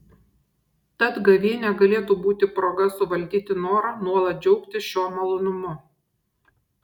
tad gavėnia galėtų būti proga suvaldyti norą nuolat džiaugtis šiuo malonumu